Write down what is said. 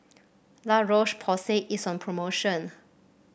La Roche Porsay is on promotion